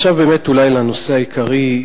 עכשיו באמת לנושא העיקרי,